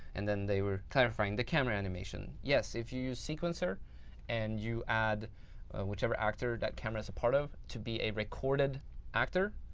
and then they were clarifying the camera animation. yes. if you use sequencer and you add whichever actor that camera is a part of to be a recorded actor,